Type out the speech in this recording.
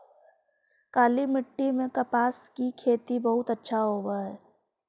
काली मिट्टी में कपास की खेती बहुत अच्छा होवअ हई